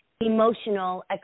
emotional